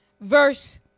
verse